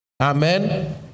Amen